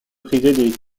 prisés